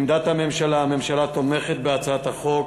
עמדת הממשלה: הממשלה תומכת בהצעת החוק